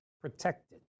protected